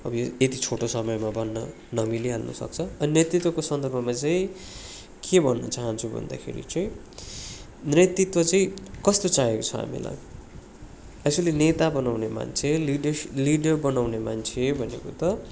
अब यति छोटो समयमा भन्न नमिलिहाल्नु सक्छ अनि नतृत्वको सन्दर्भमा चाहिँ के भन्न चाहन्छु भन्दाखेरि चाहिँ नेतृत्व चाहिँ कस्तो चाहिएको छ हामीलाई एक्चुली नेता बनाउने मान्छे लिडरसिप लिडर बनाउने मान्छे भनेको त